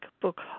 book